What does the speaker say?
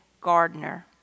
Gardner